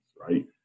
right